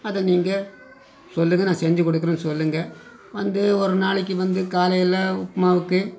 அதை நீங்கள் சொல்லுங்கள் நான் செஞ்சு கொடுக்குறேன் சொல்லுங்கள் வந்து ஒரு நாளைக்கு வந்து காலையில் உப்புமாவுக்கு